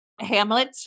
hamlet